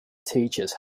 teaches